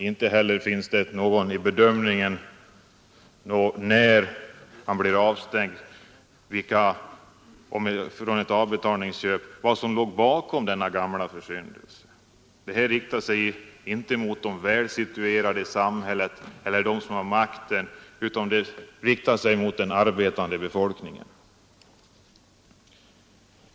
Inte heller finns det något i bedömningen när han blir avstängd från t.ex. ett avbetalningsköp om vad som låg bakom denna försyndelse. Det här riktar sig inte mot dem som är välsituerade i samhället eller dem som har makten utan mot den arbetande befoikningen.